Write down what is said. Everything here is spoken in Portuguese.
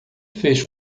fez